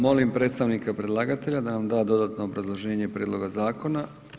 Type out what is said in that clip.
Molim predstavnika predlagatelja da nam da dodatno obrazloženje prijedloga zakona.